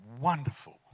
wonderful